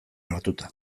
hartuta